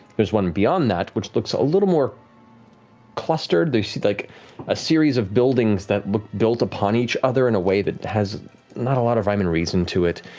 there's one beyond that which looks a little more clustered, you see like a series of buildings that look built upon each other in a way that has not a lot of rhyme and reason to it.